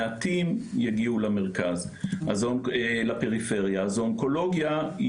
מעטים יגיעו לפריפריה אז האונקולוגיה היא